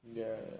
ya